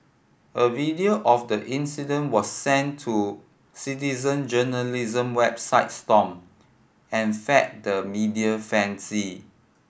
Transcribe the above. a video of the incident was sent to citizen journalism website Stomp and fed the media fancy